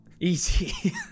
Easy